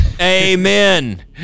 Amen